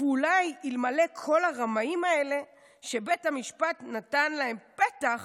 ואולי אלמלא כל הרמאים האלה שבית המשפט נתן להם פתח"